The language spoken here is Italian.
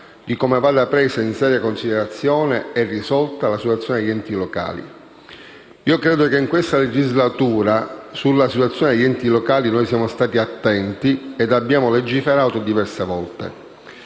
di come vada presa in seria considerazione e risolta la situazione degli enti locali. Credo che in questa legislatura su tale situazione siamo stati attenti e abbiamo legiferato diverse volte.